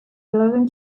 eleven